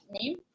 name